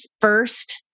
First